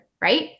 right